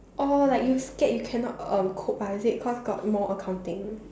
oh like you scared you cannot uh cope ah is it cause got more accounting